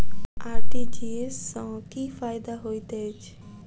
RTGS सँ की फायदा होइत अछि?